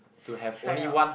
try out